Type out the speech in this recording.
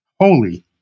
holy